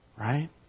Right